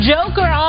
Joker